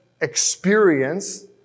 experience